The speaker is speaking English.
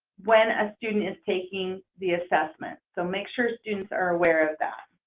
when a student is taking the assessment, so make sure students are aware of that.